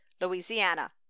Louisiana